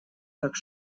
так